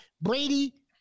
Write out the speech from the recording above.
Brady